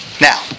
Now